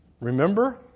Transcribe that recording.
Remember